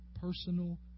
personal